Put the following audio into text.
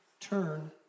Turn